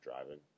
driving